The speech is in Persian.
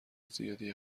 زیادی